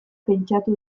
pentsatu